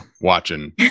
watching